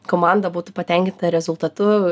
komanda būtų patenkinta rezultatu